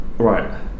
right